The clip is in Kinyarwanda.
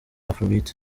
afrobeat